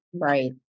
Right